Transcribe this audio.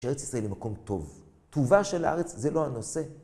שארץ ישראל היא מקום טוב, טובה של הארץ זה לא הנושא.